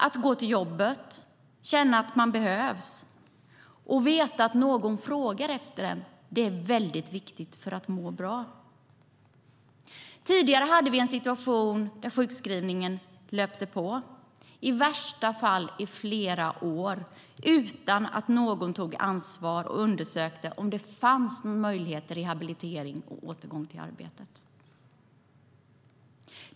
Att gå till jobbet och känna att man behövs och veta att någon frågar efter en är viktigt för att må bra. Tidigare kunde sjukskrivningen löpa på - i värsta fall i flera år - utan att någon tog ansvar och undersökte om det fanns möjlighet till rehabilitering och återgång till arbete.